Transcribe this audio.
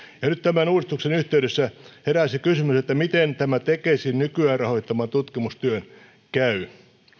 ja nyt tämän uudistuksen yhteydessä heräsi kysymys miten tämän tekesin nykyään rahoittaman tutkimustyön käy